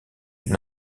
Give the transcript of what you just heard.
une